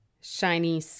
shiny